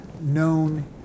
known